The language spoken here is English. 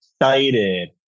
excited